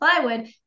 plywood